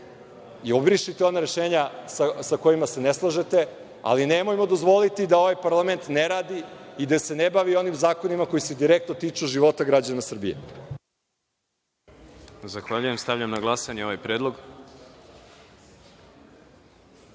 i obrišite ona rešenja sa kojima se ne slažete, ali nemojmo dozvoliti da ovaj parlament ne radi i da se ne bavi onim zakonima koji se direktno tiču života građana Srbije. **Đorđe Milićević** Zahvaljujem. Stavljam na glasanje ovaj